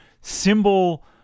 symbol